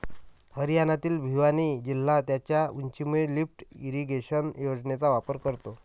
हरियाणातील भिवानी जिल्हा त्याच्या उंचीमुळे लिफ्ट इरिगेशन योजनेचा वापर करतो